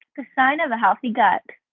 the sign of a healthy gut.